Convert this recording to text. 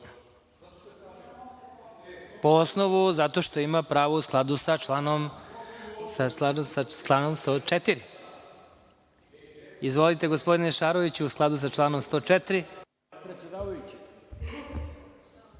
kom osnovu?)Zato što ima pravo u skladu sa članom 104.Izvolite, gospodine Šaroviću, u skladu sa članom 104.